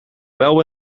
wel